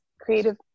creative